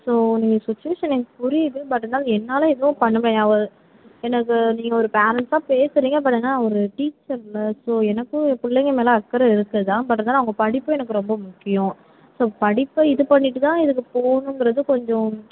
so உங்கள் situation எனக்கு புரியிது பட் இருந்தாலும் என்னால் எதுவும் பண்ண முடியாது நான் ஒரு எனக்கு நீங்கள் ஒரு பேரன்ட்ஸாக பேசுறீங்க பட் ஆனால் ஒரு டீச்சர்ல ஸோ எனக்கும் பிள்ளைங்க மேலே அக்கறை இருக்கு தான் பட் இருந்தாலும் அவங்க படிப்பும் எனக்கு ரொம்ப முக்கியம் ஸோ படிப்பை இது பண்ணிவிட்டுதான் இதுக்கு போவணுங்கிறது கொஞ்சம்